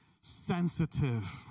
Sensitive